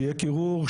שיהיה קירור,